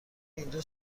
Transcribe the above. اینجا